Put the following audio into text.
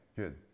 good